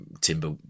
Timber